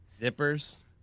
zippers